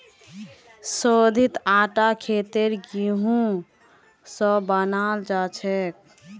शोधित आटा खेतत गेहूं स बनाल जाछेक